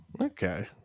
Okay